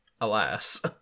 Alas